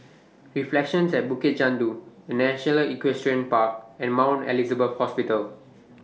Reflections At Bukit Chandu The National Equestrian Park and Mount Elizabeth Hospital